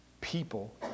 People